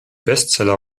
bestseller